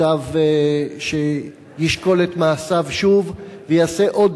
מוטב שישקול את מעשיו שוב ויעשה עוד